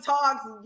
Talks